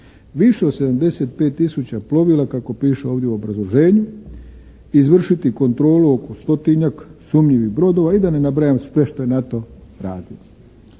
više od 75000 plovila kako piše ovdje u obrazloženju, izvršiti kontrolu oko stotinjak sumnjivih brodova i da ne nabrajam sve što je NATO radio.